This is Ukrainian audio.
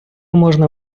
можна